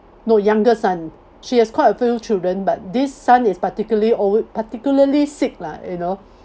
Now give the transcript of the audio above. no younger son she has quite a few children but this son is particularly ol~ particularly sick lah you know